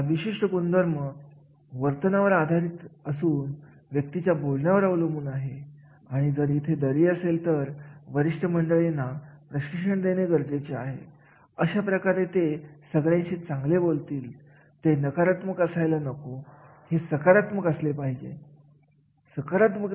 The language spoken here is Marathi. जेव्हा आपण ज्ञानाच्या पातळी विषयी बोलत असतो तेव्हा हा अगोदरच्या मॉडेल मध्ये नमूद केल्याप्रमाणे ज्ञानाची पहिली पातळी दुसरी पातळी तिसरी पातळी चौथी पातळी आणि पाचवी पातळी असे प्रकार आहेत